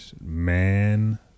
Man